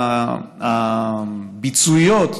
הביצועיות,